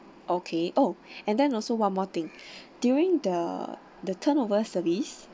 okay oh and then also one more thing during the the turnover service